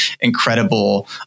incredible